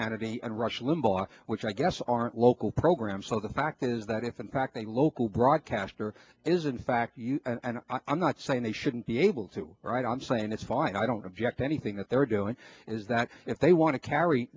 hannity and rush limbaugh which i guess aren't local programs so the fact is that if in fact a local broadcaster is in fact i'm not saying they shouldn't be able to write i'm saying that's fine i don't object anything that they're doing is that if they want to carry